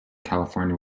california